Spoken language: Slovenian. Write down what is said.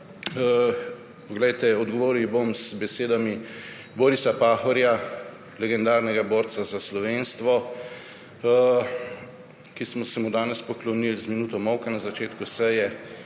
Odgovoril ji bom z besedami Borisa Pahorja, legendarnega borca za slovenstvo, ki smo se mu danes poklonil z minuto molka na začetku seje.